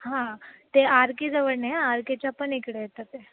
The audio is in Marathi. हां ते आर केजवळ नाही आर केच्या पण इकडे येतं ते